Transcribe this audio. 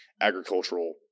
agricultural